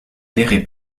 verrez